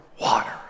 water